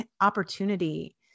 opportunity